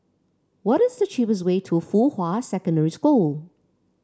what is the cheapest way to Fuhua Secondary School